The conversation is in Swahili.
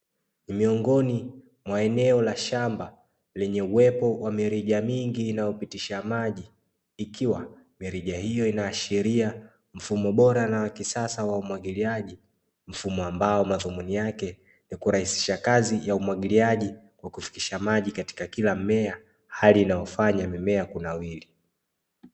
Miongoni mwa eneo la shamba lenye uwepo wa mirija mingi, inayopitisha maji, ikiwa mirija hiyo inaashiria mfumo bora na wa kisasa wa umwagiliaji, mfumo ambao madhumuni yake ni kurahisisha kazi ya umwagiliaji maji kufikisha maji katika kila mmea hali inayofanya mimea kunawiri.